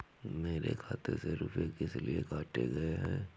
मेरे खाते से रुपय किस लिए काटे गए हैं?